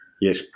Yes